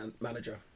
manager